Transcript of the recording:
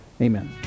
Amen